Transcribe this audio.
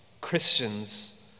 Christians